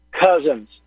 cousins